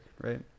right